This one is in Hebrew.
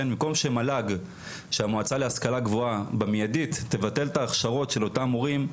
במקום שהמל"ג במיידית תבטל את ההכשרות של אותם מורים,